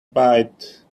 bite